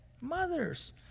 Mothers